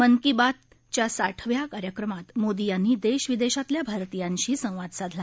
मन की बातच्या साठव्या कार्यक्रमात मोदी यांनी देश विदेशातल्या भारतीयांशी संवाद साधला